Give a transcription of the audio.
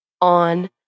on